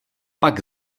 pak